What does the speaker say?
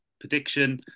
prediction